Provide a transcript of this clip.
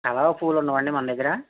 కలవ పూలు ఉండవా అండీ మన దగ్గర